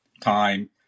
time